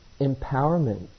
empowerment